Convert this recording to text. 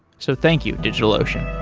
so thank you, digitalocean